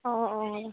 অঁ অঁ